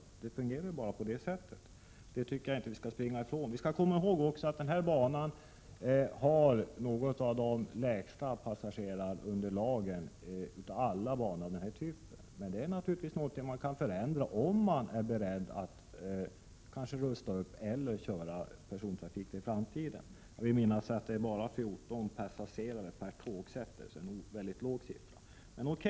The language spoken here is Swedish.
Det fungerar på det sättet. Det tycker jag inte att vi skall springa ifrån. Vi skall komma ihåg att banan Boden-Haparanda har ett av de lägsta passagerarunderlagen av alla banor av denna typ. Men det är naturligtvis något man kan förändra om man är beredd att rusta upp banan eller köra persontrafik där i framtiden. Jag vill minnas att det bara är 14 passagerare per tågsätt på den bandelen, alltså en väldigt låg siffra.